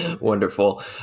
wonderful